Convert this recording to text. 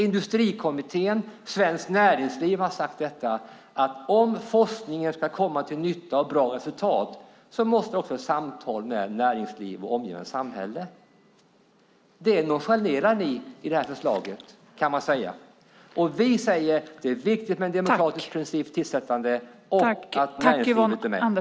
Industrikommittén och Svenskt Näringsliv har sagt att för att forskningen ska komma till nytta och till bra resultat måste det också föras samtal med näringsliv och det omgivande samhället. Man kan säga att ni nonchalerar det i det här förslaget. Vi säger: Principen med ett demokratiskt tillsättande är viktigt, liksom att näringslivet är med.